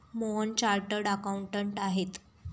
Mohan chartered accountant आहेत